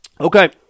Okay